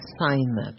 assignment